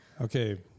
Okay